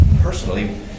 Personally